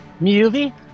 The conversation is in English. Movie